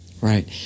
Right